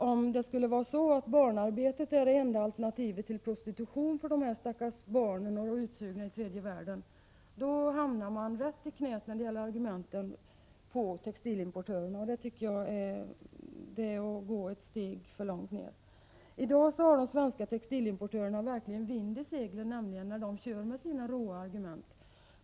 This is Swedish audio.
Om det skulle vara så att barnarbete är det enda alternativet till prostitution för dessa stackars barn, för dessa stackars utsugna människor i tredje världen, hamnar man när det gäller argumenten rätt i knät på textilimportörerna, och det tycker jag är att gå ett steg för långt. I dag har de svenska textilimportörerna verkligen vind i seglen när de kör med sina råa argument.